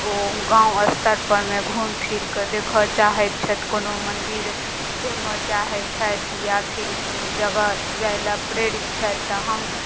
ओ गाँव स्तरपर मे घुमि फिर कऽ देखऽ चाहैत छथि कोनो मन्दिर जेबऽ चाहय छथि या फिर कोनो जगह जाय लए प्रेरित छथि तऽ हम